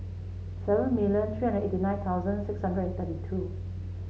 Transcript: seven million three hundred and eighty nine thousand six hundred and thirty two